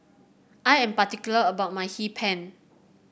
I am particular about my Hee Pan